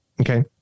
Okay